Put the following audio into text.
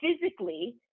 physically